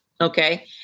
Okay